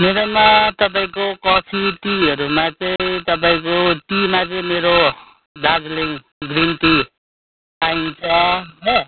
मेरोमा तपाईँको कफी टिहरूमा चाहिँ तपाईँको टिमा चाहिँ मेरो दार्जिलिङ ग्रिन टि पाइन्छ हो